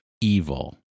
evil